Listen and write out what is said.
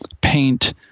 paint